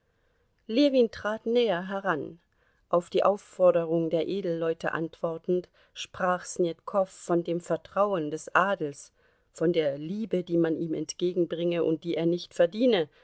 ljewin trat näher heran auf die aufforderung der edelleute antwortend sprach snetkow von dem vertrauen des adels von der liebe die man ihm entgegenbringe und die er nicht verdiene